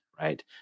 right